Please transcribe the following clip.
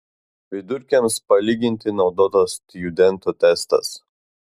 vidurkiams palyginti naudotas stjudento testas